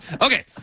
okay